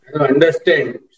understand